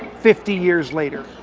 fifty years later.